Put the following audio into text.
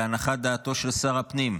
להנחת דעתו של שר הפנים,